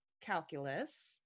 calculus